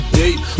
date